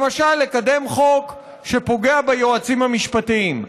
למשל לקדם חוק שפוגע ביועצים המשפטיים,